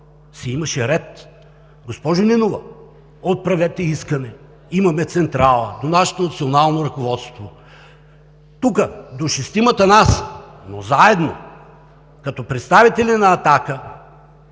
си имаше ред. Госпожо Нинова, отправете искане – имаме централа, до нашето национално ръководство, до шестимата нас, но заедно, като представители на „Атака“,